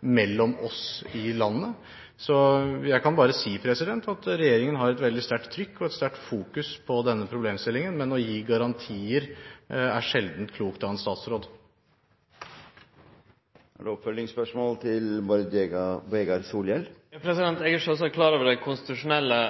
mellom oss i landet. Jeg kan bare si at regjeringen har et veldig sterkt trykk og et sterkt fokus på denne problemstillingen, men å gi garantier er sjelden klokt av en statsråd. Eg er sjølvsagt klar over dei konstitusjonelle